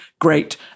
great